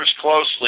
closely